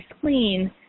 clean